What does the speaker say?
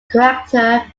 character